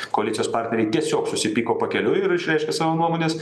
koalicijos partneriai tiesiog susipyko pakeliui ir išreiškė savo nuomones